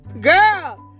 girl